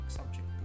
subject